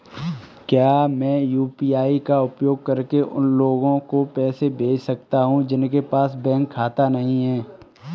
क्या मैं यू.पी.आई का उपयोग करके उन लोगों को पैसे भेज सकता हूँ जिनके पास बैंक खाता नहीं है?